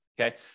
Okay